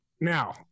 Now